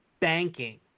banking